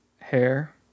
hair